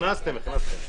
הכנסתם, הכנסתם.